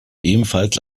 ebenfalls